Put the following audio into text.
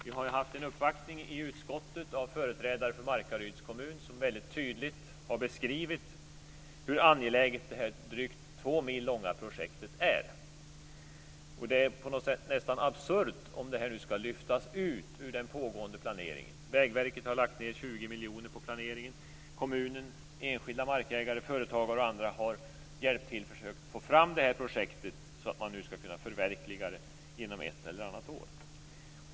Vi har haft en uppvaktning i utskottet av företrädare för Markaryds kommun som väldigt tydligt har beskrivit hur angeläget detta projekt som omfattar två mil är. Det är på något sätt nästan absurt om detta nu skall lyftas ut ur den pågående planeringen. Vägverket har lagt ned 20 miljoner kronor på planeringen, och kommunen, enskilda markägare och företagare har hjälp till och försökt få fram detta projekt så att det nu skall kunna förverkligas inom ett eller annat år.